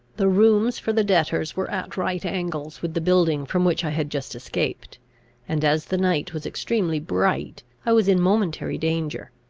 the rooms for the debtors were at right angles with the building from which i had just escaped and, as the night was extremely bright, i was in momentary danger,